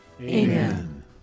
Amen